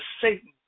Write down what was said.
Satan